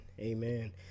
amen